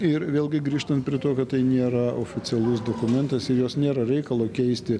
ir vėlgi grįžtant prie to kad tai nėra oficialus dokumentas ir jos nėra reikalo keisti